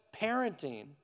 parenting